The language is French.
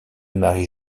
marie